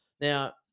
Now